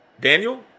Daniel